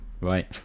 right